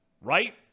right